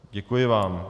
Děkuji vám.